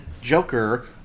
Joker